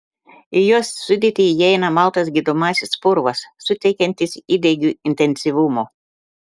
į jos sudėtį įeina maltas gydomasis purvas suteikiantis įdegiui intensyvumo